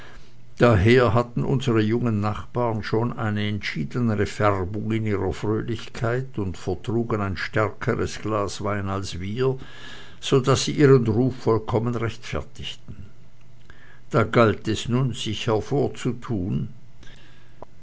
daher hatten unsere jungen nachbaren schon eine entschiedenere färbung in ihrer fröhlichkeit und vertrugen ein stärkeres glas wein als wir so daß sie ihren ruf vollkommen rechtfertigten da galt es nun sich hervorzutun